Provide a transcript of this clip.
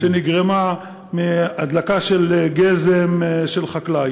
שרפה שנגרמה מהדלקה של גזם של חקלאי.